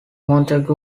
montagu